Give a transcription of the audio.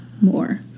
more